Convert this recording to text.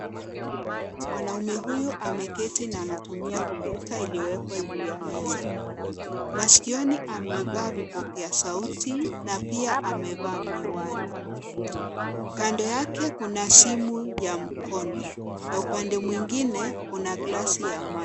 Mwanaume huyu ameketi na anatumia kompyuta iliyowekwa juu yameza. Masikioni, amevaa vipokea sauti na pia amevaa miwani. Kando yake kuna simu ya mkono na upande mwengine kuna gilasi ya maji.